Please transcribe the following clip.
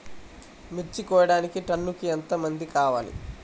మిర్చి కోయడానికి టన్నుకి ఎంత మంది కావాలి?